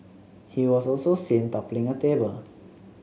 he was also seen toppling a table